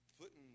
putting